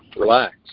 relax